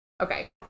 Okay